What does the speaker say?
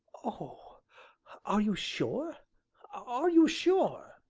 oh are you sure are you sure?